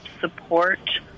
support